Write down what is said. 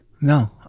No